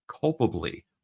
culpably